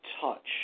touch